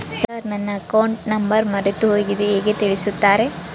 Sir ನನ್ನ account number ಮರೆತುಹೋಗಿದೆ ಹೇಗೆ ತಿಳಿಸುತ್ತಾರೆ?